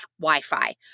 Wi-Fi